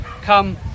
come